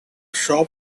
shop